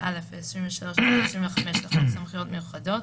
7א ו-23 עד 25 לחוק סמכויות מיוחדות